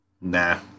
Nah